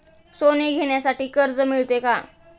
सोने घेण्यासाठी कर्ज मिळते का?